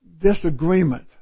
disagreement